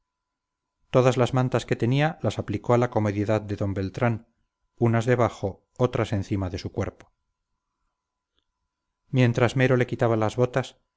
todas las mantas que tenía las aplicó a la comodidad de don beltrán unas debajo otras encima de su cuerpo mientras mero le quitaba las botas